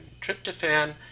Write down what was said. Tryptophan